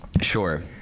Sure